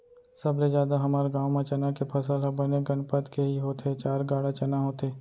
सबले जादा हमर गांव म चना के फसल ह बने गनपत के ही होथे चार गाड़ा चना होथे